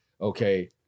Okay